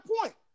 point